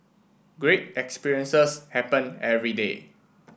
great experiences happen every day